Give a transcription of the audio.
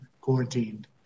quarantined